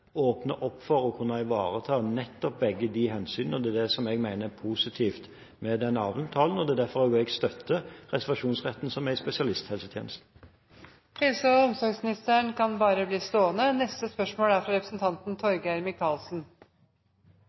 for å kunne ivareta nettopp begge de hensynene. Det er det jeg mener er positivt med den avtalen, og det er også derfor jeg støtter reservasjonsretten som er i spesialisthelsetjenesten. «En høy andel leger ansettes i midlertidige stillinger på sykehus. Regjeringen har avventet høyesterettsdom. Representanten